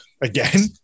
Again